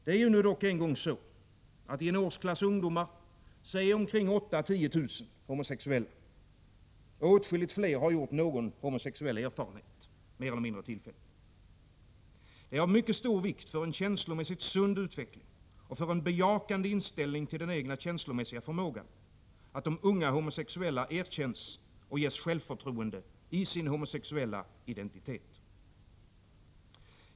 Det är dock en gång så att i en årsklass ungdomar är 8 000-10 000 homosexuella, och åtskilligt flera har gjort någon homosexuell erfarenhet, mer eller mindre tillfällig. Det är av mycket stor vikt för en känslomässigt sund utveckling och för en bejakande inställning till den egna känslomässiga förmågan att de unga homosexuella erkänns och ges självförtroende i sin homosexuella identitet.